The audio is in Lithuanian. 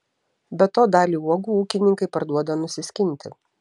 be to dalį uogų ūkininkai parduoda nusiskinti